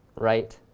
right,